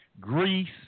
Greece